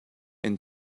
and